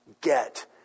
get